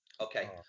Okay